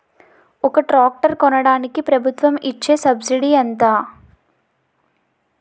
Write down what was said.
ఒక ట్రాక్టర్ కొనడానికి ప్రభుత్వం ఇచే సబ్సిడీ ఎంత?